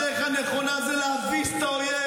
הדרך הנכונה היא להביס את האויב,